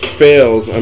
fails